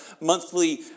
monthly